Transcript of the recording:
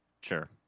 Sure